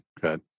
Good